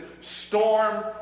storm